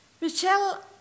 Michelle